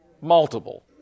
Multiple